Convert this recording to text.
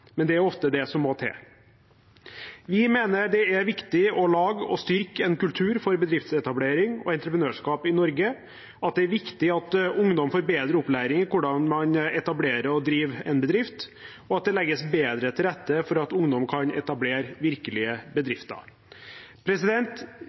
men det er ofte det som må til. Vi mener det er viktig å lage og styrke en kultur for bedriftsetablering og entreprenørskap i Norge, at ungdom får bedre opplæring i hvordan man etablerer og driver en bedrift, og at det legges bedre til rette for at ungdom kan etablere virkelige